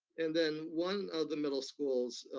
and then one of the middle schools,